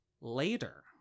later